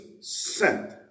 sent